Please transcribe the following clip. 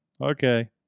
Okay